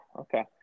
Okay